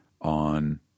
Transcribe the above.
on